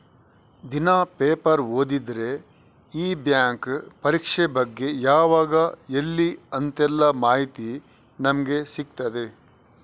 ದಿನಾ ಪೇಪರ್ ಓದಿದ್ರೆ ಈ ಬ್ಯಾಂಕ್ ಪರೀಕ್ಷೆ ಬಗ್ಗೆ ಯಾವಾಗ ಎಲ್ಲಿ ಅಂತೆಲ್ಲ ಮಾಹಿತಿ ನಮ್ಗೆ ಸಿಗ್ತದೆ